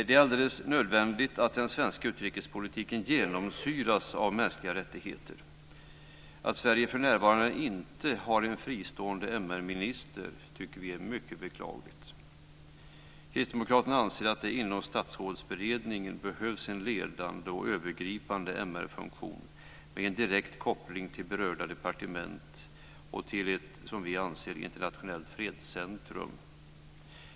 Det är alldeles nödvändigt att den svenska utrikespolitiken genomsyras av mänskliga rättigheter. Att Sverige för närvarande inte har en fristående MR minister tycker vi är mycket beklagligt. Kristdemokraterna anser att det inom Statsrådsberedningen behövs en ledande och övergripande MR-funktion, med en direkt koppling till berörda departement och till ett internationellt fredscentrum.